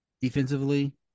defensively